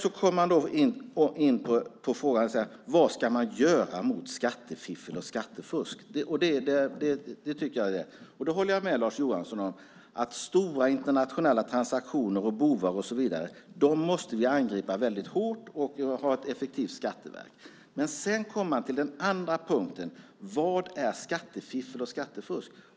Sedan kommer vi in på frågan vad man ska göra mot skattefiffel och skattefusk. Då håller jag med Lars Johansson om att vi när det gäller stora internationella transaktioner, bovar och så vidare måste angripa väldigt hårt och ha ett effektivt skatteverk. Men därefter kommer man till den andra punkten: Vad är skattefiffel och skattefusk?